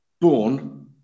born